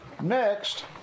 next